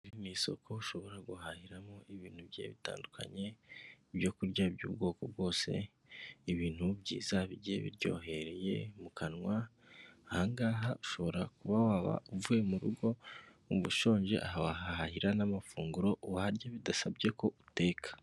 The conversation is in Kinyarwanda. Ni mu isoko ushobora guhahiramo ibintu bye bitandukanye ibyokurya by'ubwoko bwose ibintu byiza biryohereye mu kanwa, ahangaha ushobora kuba waba uvuye mu rugo ushonje aha wahahahira n'amafunguro warya bidasabye ko uteka.